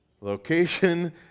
Location